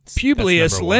Publius